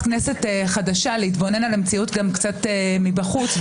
כנסת חדשה להתבונן על המציאות גם קצת מבחוץ,